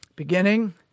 Beginning